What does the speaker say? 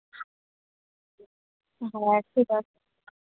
হ্যাঁ ঠিক আছে